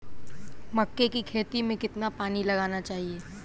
मक्के की खेती में कितना पानी लगाना चाहिए?